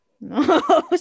No